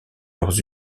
leurs